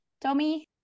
Tommy